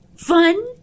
Fun